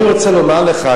אני רוצה לומר לך,